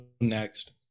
next